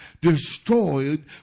destroyed